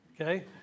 Okay